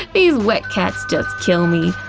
these wet cats just kill me.